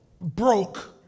Broke